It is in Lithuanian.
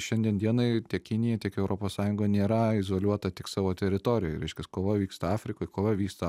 šiandien dienai tiek kinija tiek europos sąjunga nėra izoliuota tik savo teritorijoj reiškias kova vyksta afrikoj kova vyksta